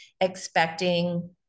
expecting